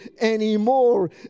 anymore